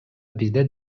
бизде